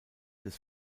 des